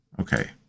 Okay